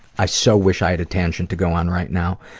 i so wish i had a tangent to go on right now.